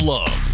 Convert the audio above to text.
Love